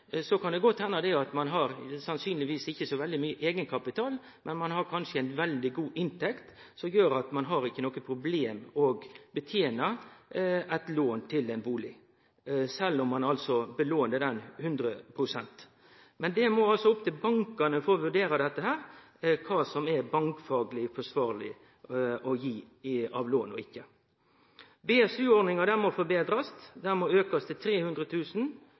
så mykje eigenkapital, men ein har kanskje ein veldig god inntekt som gjer at det ikkje er noko problem å betene eit bustadlån, sjølv om ein låner 100 pst. Det må altså vere opp til bankane å vurdere kva som er bankfagleg forsvarleg å gi i lån. BSU-ordninga må forbetrast. Ho må auke til